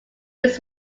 used